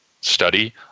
study